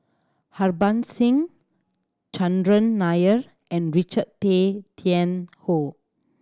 Harbans Singh Chandran Nair and Richard Tay Tian Hoe